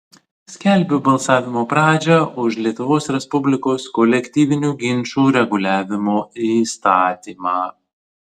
skelbiu balsavimo pradžią už lietuvos respublikos kolektyvinių ginčų reguliavimo įstatymą